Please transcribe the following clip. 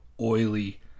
oily